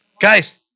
Guys